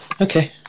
Okay